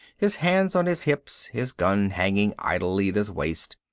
his hands on his hips, his gun hanging idly at his waist.